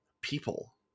people